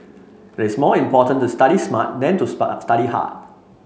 it is more important to study smart than to study hard